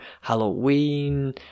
Halloween